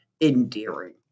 endearing